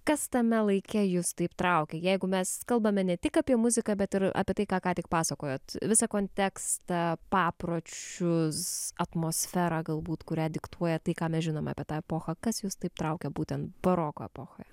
kas tame laike jus taip traukia jeigu mes kalbame ne tik apie muziką bet ir apie tai ką ką tik pasakojot visą kontekstą papročius atmosferą galbūt kurią diktuoja tai ką mes žinome apie tą epochą kas jus taip traukia būtent baroko epochoje